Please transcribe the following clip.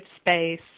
space